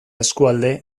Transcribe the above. eskualde